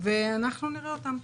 ואנחנו נראה אותם.